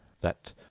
that